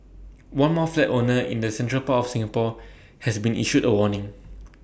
one more flat owner in the central part of Singapore has been issued A warning